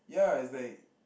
ya is like